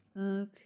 Okay